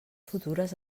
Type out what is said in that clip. futures